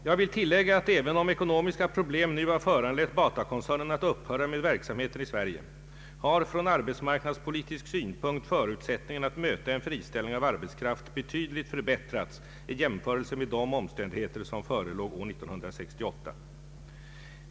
Jag vill tillägga att även om ekonomiska problem nu har föranlett Bata koncernen att upphöra med verksamheten i Sverige har från arbetsmarknadspolitisk synpunkt förutsättningarna att möta en friställning av arbetskraft betydligt förbättrats i jämförelse med de omständigheter som förelåg år 1968.